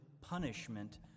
punishment